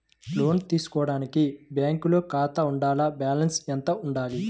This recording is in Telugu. లోను తీసుకోవడానికి బ్యాంకులో ఖాతా ఉండాల? బాలన్స్ ఎంత వుండాలి?